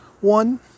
one